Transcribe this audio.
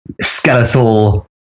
skeletal